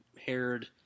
haired